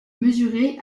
mesurée